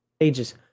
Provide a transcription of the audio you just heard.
ages